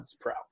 Pro